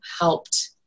helped